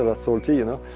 ah salty you know,